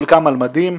חלקם על מדים,